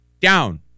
down